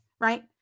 right